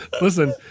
Listen